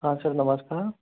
हाँ सर नमस्कार